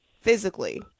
physically